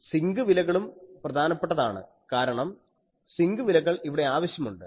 zinc വിലകളും പ്രധാനപ്പെട്ടതാണ് കാരണം സിങ്ക് വിലകൾ ഇവിടെ ആവശ്യമുണ്ട്